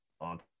on